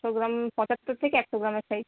ওগুলো পঁচাত্তর থেকে একশো গ্রামের সাইজ